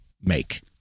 make